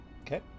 okay